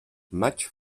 maig